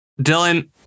Dylan